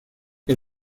est